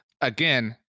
Again